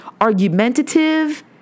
argumentative